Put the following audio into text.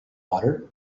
butter